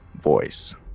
voice